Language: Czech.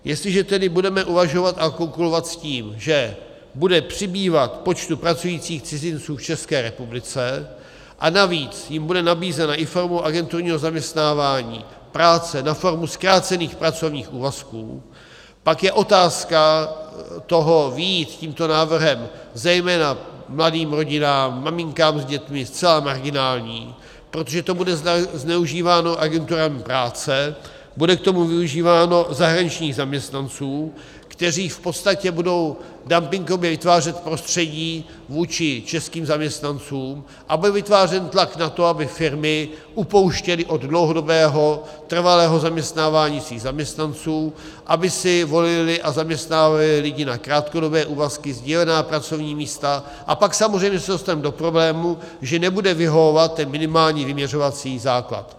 Jestliže budeme uvažovat a kalkulovat s tím, že bude přibývat počtu pracujících cizinců v České republice a navíc jim bude nabízena i formou agenturního zaměstnávání práce na formu zkrácených pracovních úvazků, pak je otázka toho vyjít s tímto návrhem zejména mladým rodinám, maminkám s dětmi zcela marginální, protože to bude zneužíváno agenturami práce, bude k tomu využíváno zahraničních zaměstnanců, kteří v podstatě budou dumpingově vytvářet prostředí vůči českým zaměstnancům, a bude vytvářen tlak na to, aby firmy upouštěly od dlouhodobého trvalého zaměstnávání svých zaměstnanců, aby si volily a zaměstnávaly lidi na krátkodobé úvazky, sdílená pracovní místa, a pak samozřejmě se dostaneme do problému, že nebude vyhovovat ten minimální vyměřovací základ.